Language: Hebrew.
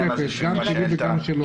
שזו בקשה משותפת, גם שלי וגם שלי אופיר.